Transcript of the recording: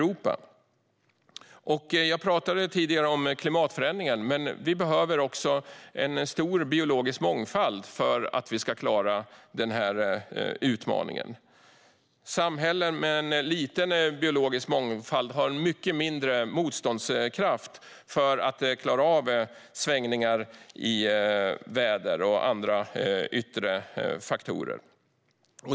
Jag talade tidigare om klimatförändringen. Vi behöver också en stor biologisk mångfald för att klara av denna utmaning. Samhällen med liten biologisk mångfald har mycket mindre motståndskraft för att klara av svängningar i väder och andra yttre faktorer.